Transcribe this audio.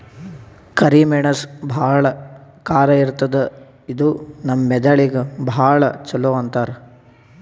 ಕರಿ ಮೆಣಸ್ ಭಾಳ್ ಖಾರ ಇರ್ತದ್ ಇದು ನಮ್ ಮೆದಳಿಗ್ ಭಾಳ್ ಛಲೋ ಅಂತಾರ್